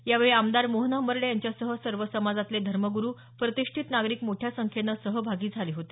यावेळी आमदार मोहन हंबर्डे यांच्यासह सर्व समाजातले धर्मगुरू प्रतिष्ठीत नागरीक मोठ्या संख्येने सहभागी झाले होते